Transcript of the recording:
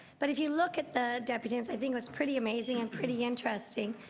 but if you look at the deputies, i think it was pretty amazing and pretty interesting.